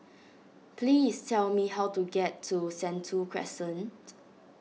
please tell me how to get to Sentul Crescent